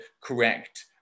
correct